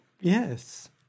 yes